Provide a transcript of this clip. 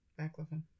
baclofen